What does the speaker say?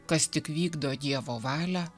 kas tik vykdo dievo valią